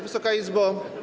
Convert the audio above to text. Wysoka Izbo!